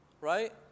right